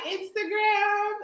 Instagram